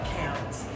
counts